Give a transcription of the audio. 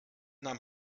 nahm